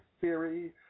theory